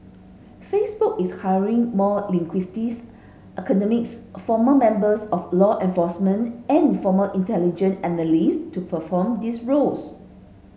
Facebook is hiring more linguists academics former members of law enforcement and former intelligence analysts to perform these roles